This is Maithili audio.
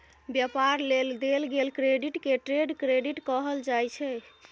व्यापार लेल देल गेल क्रेडिट के ट्रेड क्रेडिट कहल जाइ छै